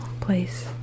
place